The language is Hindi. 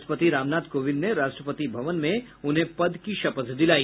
राष्ट्रपति रामनाथ कोविंद ने राष्ट्रपति भवन में उन्हें पद की शपथ दिलाई